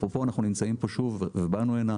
אפרופו אנחנו נמצאים פה שוב ובאנו הנה,